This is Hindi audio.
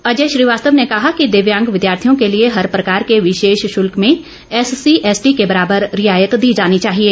अजय श्रीवास्तव ने कहा कि दिव्यांग विद्यार्थियों के लिए हर प्रकार के विशेष शल्क में एससी एसटी के बराबर रियायत दी जानी चाहिए